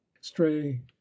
stray